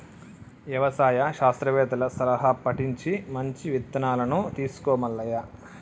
యవసాయ శాస్త్రవేత్తల సలహా పటించి మంచి ఇత్తనాలను తీసుకో మల్లయ్య